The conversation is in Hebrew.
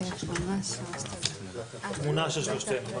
רבה רבה.